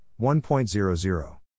1.00